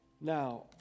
Now